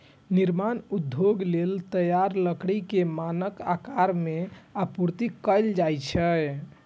निर्माण उद्योग लेल तैयार लकड़ी कें मानक आकार मे आपूर्ति कैल जाइ छै